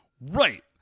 Right